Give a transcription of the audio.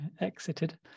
exited